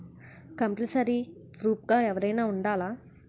Compulsory proof గా ఎవరైనా ఉండాలా?